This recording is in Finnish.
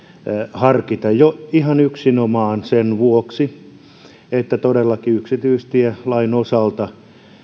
harkita jo ihan yksinomaan sen vuoksi että todellakin yksityistielain osalta